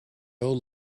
old